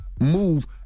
move